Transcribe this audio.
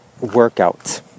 workout